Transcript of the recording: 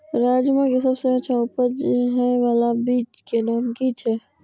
राजमा के सबसे अच्छा उपज हे वाला बीज के नाम की छे?